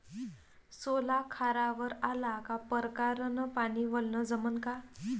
सोला खारावर आला का परकारं न पानी वलनं जमन का?